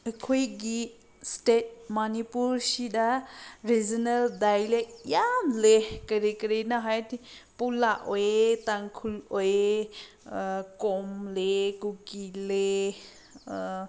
ꯑꯩꯈꯣꯏꯒꯤ ꯏꯁꯇꯦꯠ ꯃꯅꯤꯄꯨꯔꯁꯤꯗ regional dialect ꯌꯥꯝ ꯂꯩ ꯀꯔꯤ ꯀꯔꯤꯅꯣ ꯍꯥꯏꯔꯗꯤ ꯄꯨꯂꯥ ꯑꯣꯏꯌꯦ ꯇꯥꯡꯈꯨꯜ ꯑꯣꯏꯌꯦ ꯀꯣꯝ ꯂꯩꯌꯦ ꯀꯨꯀꯤ ꯂꯩꯌꯦ